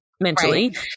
mentally